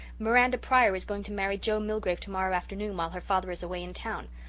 miranda pryor is going to marry joe milgrave tomorrow afternoon while her father is away in town.